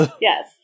Yes